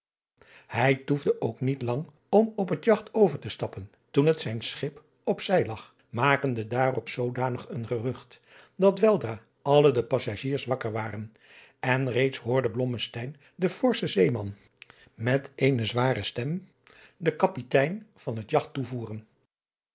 hij toefde ook niet lang om op het jagt over te stappen toen het zijn schip op zij lag makende daarop zoodanig een gerucht dat weldra alle de passagiers wakker waren en reeds hoorde blommesteyn den forschen zeeman met eene zware stem den kapitein van het jagt